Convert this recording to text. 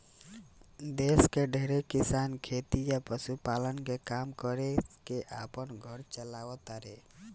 देश के ढेरे किसान खेती आ पशुपालन के काम कर के आपन घर चालाव तारे